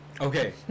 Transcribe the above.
Okay